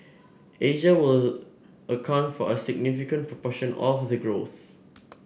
Asia will account for a significant proportion of the growth